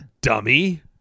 dummy